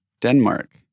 Denmark